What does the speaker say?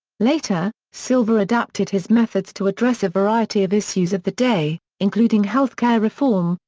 later, silver adapted his methods to address a variety of issues of the day, including health care reform,